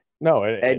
no